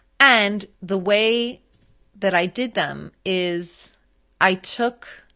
and the way that i did them is i took,